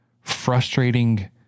frustrating